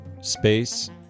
space